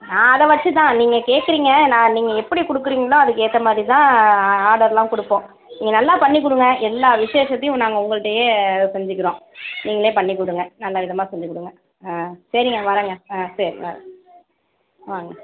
நான் அதை வெச்சு தான் நீங்கள் கேக்கிறீங்க நான் நீங்கள் எப்படி கொடுக்குறீங்களோ அதுக்கேற்ற மாதிரி தான் ஆர்டர்லாம் கொடுப்போம் நீங்கள் நல்லா பண்ணிக் கொடுங்க எல்லா விசேஷத்தையும் நாங்கள் உங்கள்ட்டேயே செஞ்சுக்கிறோம் நீங்களே பண்ணிக் கொடுங்க நல்லவிதமாக செஞ்சுக் கொடுங்க ஆ சரிங்க வர்றேன்ங்க ஆ சரி வர்றேன் ஆ